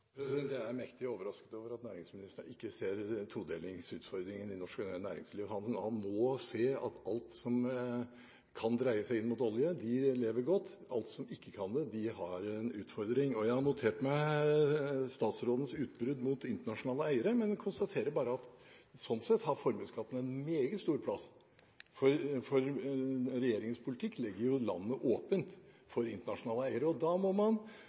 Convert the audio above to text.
Jeg er mektig overrasket over at næringsministeren ikke ser todelingsutfordringen i norsk næringsliv. Han må se at alt som kan dreies inn mot olje, lever godt, alt som ikke kan det, har en utfordring. Jeg har notert meg statsrådens utbrudd mot internasjonale eiere, men konstaterer bare at sånn sett har formuesskatten en meget stor plass. For regjeringens politikk legger jo landet åpent for internasjonale eiere, og da må man